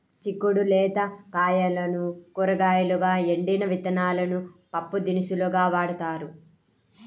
చిక్కుడు లేత కాయలను కూరగాయలుగా, ఎండిన విత్తనాలను పప్పుదినుసులుగా వాడతారు